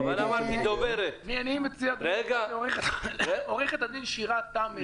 אני מציע לאפשר לעו"ד שירה תם.